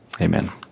Amen